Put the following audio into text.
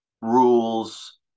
rules